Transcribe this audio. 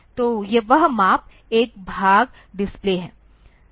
तो वह माप एक भाग डिस्प्ले है